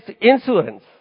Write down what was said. insurance